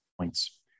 points